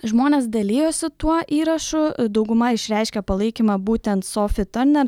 žmonės dalijosi tuo įrašu dauguma išreiškė palaikymą būtent sofi tarner